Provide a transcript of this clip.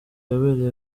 yabereye